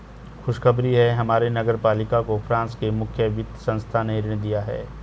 खुशखबरी है हमारे नगर पालिका को फ्रांस के मुख्य वित्त संस्थान ने ऋण दिया है